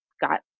got